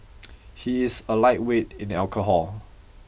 he is a lightweight in alcohol